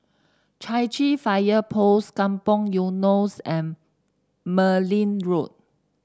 Chai Chee Fire Post Kampong Eunos and Merryn Road